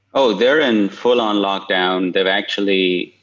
oh! they're in full-on lockdown. they've actually,